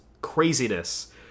craziness